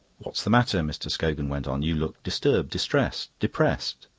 what's the matter? mr. scogan went on. you look disturbed, distressed, depressed.